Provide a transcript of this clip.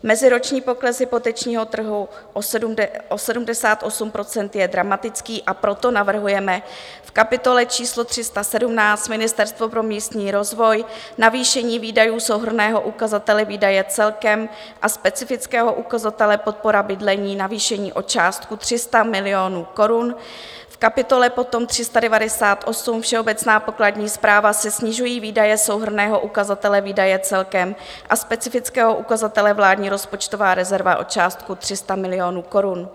Meziroční pokles hypotečního trhu o 78 % je dramatický, a proto navrhujeme v kapitole číslo 317 Ministerstvo pro místní rozvoj navýšení výdajů souhrnného ukazatele výdaje celkem a specifického ukazatele Podpora bydlení navýšení o částku 300 milionů korun, v kapitole potom 398 všeobecná pokladní správa se snižují výdaje souhrnného ukazatele výdaje celkem a specifického ukazatele vládní rozpočtová rezerva o částku 300 milionů korun.